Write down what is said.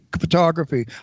photography